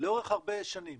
לאורך הרבה שנים.